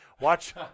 watch